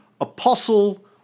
Apostle